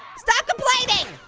stop complaining.